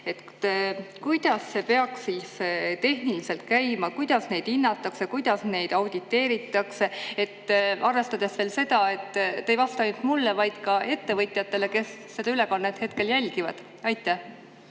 Kuidas see peaks siis tehniliselt käima: kuidas neid hinnatakse ja kuidas neid auditeeritakse, arvestades veel seda, et te ei vasta ainult mulle, vaid ka ettevõtjatele, kes seda ülekannet hetkel jälgivad. Aitäh,